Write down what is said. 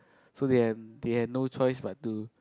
so they had they had no choice but to